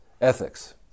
ethics